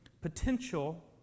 potential